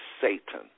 Satan